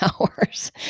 hours